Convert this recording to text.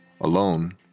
alone